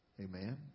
Amen